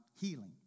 healing